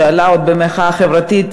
שעלתה עוד במחאה החברתית,